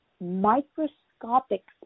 microscopic